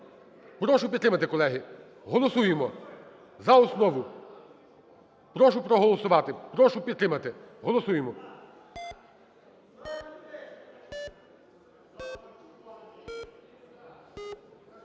Прошу підтримати, колеги. Голосуємо за основу. Прошу проголосувати. Прошу підтримати. Голосуємо.